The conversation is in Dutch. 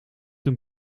een